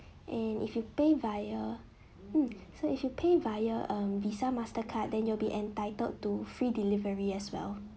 and if you pay via hmm so if you pay via um visa mastercard then you'll be entitled to free delivery as well